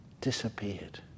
disappeared